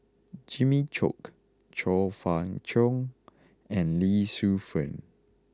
Jimmy Chok Chong Fah Cheong and Lee Shu Fen